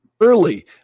Early